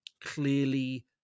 clearly